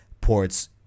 ports